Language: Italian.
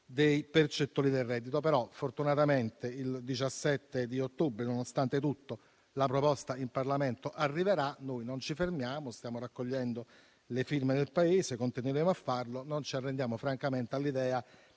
dei percettori del reddito di cittadinanza. Fortunatamente, il 17 di ottobre, nonostante tutto, la proposta arriverà in Parlamento. Noi non ci fermiamo. Stiamo raccogliendo le firme nel Paese, continueremo a farlo e non ci arrendiamo francamente all'idea